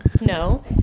No